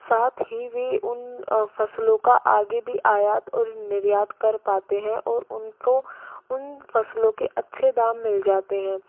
साथ ही वह उन फसलों का आगे भी आयात और निर्यात कर पाते हैं और उनको उन फसलों के अच्छे दाम मिल जाते हैं